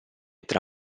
tra